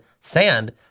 sand